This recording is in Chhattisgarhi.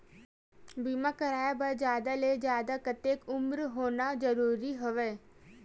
बीमा कराय बर जादा ले जादा कतेक उमर होना जरूरी हवय?